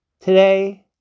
today